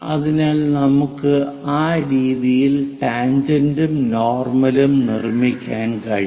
അതിനാൽ നമുക്ക് ആ രീതിയിൽ ടാൻജന്റും നോർമലും നിർമ്മിക്കാൻ കഴിയും